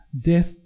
death